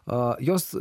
o jos